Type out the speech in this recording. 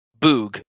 Boog